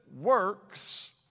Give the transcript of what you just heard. works